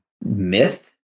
myth